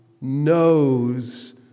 knows